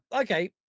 Okay